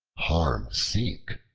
harm seek,